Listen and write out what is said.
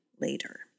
later